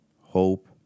hope